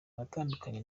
natandukanye